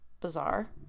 bizarre